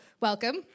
Welcome